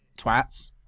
twats